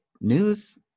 news